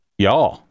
y'all